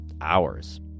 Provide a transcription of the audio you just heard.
hours